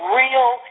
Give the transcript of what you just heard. real